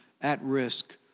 at-risk